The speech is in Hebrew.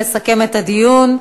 לסכם את הדיון,